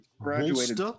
graduated